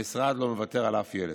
המשרד לא מוותר על אף ילד.